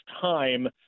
time